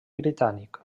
britànic